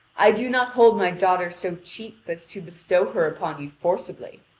i do not hold my daughter so cheap as to bestow her upon you forcibly.